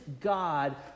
God